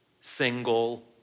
single